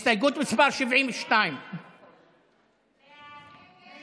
הסתייגות מס' 72. ההסתייגות